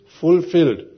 fulfilled